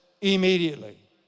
immediately